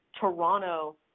Toronto